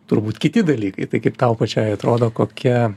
turbūt kiti dalykai tai kaip tau pačiai atrodo kokia